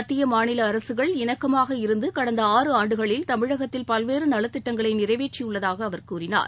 மத்திய மாநில அரசுகள் இணக்கமாக இருந்து தமிழகத்தில் பல்வேறு நலத்திட்டங்களை நிறைவேற்றியுள்ளதாக அவர் கூறினார்